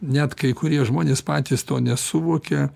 net kai kurie žmonės patys to nesuvokia